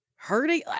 Hurting